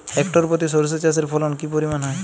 Hectare প্রতি সর্ষে চাষের ফলন কি পরিমাণ হয়?